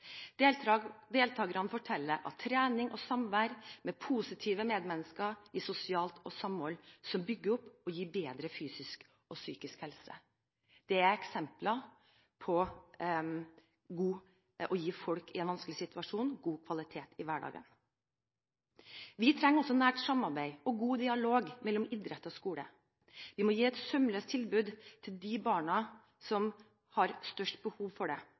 Deltakerne forteller at trening og samvær med positive medmennesker gir sosialt samhold som bygger opp og gir bedre fysisk og psykisk helse. Dette er eksempler på å gi folk i en vanskelig situasjon god kvalitet i hverdagen. Vi trenger også nært samarbeid og god dialog mellom idrett og skole. Vi må gi et sømløst tilbud til de barna som har størst behov for det.